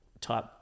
type